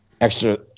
extra